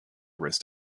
rest